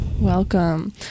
Welcome